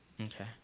Okay